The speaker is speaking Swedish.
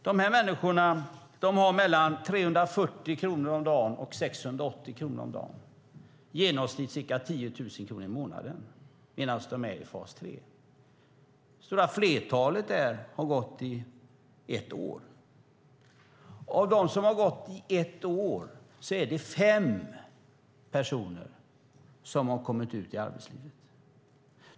De här människorna har mellan 340 kronor och 680 kronor om dagen, i genomsnitt ca 10 000 kronor i månaden, medan de är i fas 3. Det stora flertalet har gått där i ett år. Av dem som har gått i ett år är det fem personer som har kommit ut i arbetslivet.